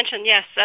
yes